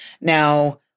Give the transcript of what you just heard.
Now